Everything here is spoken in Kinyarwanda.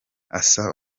asa